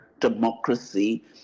democracy